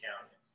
County